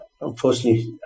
unfortunately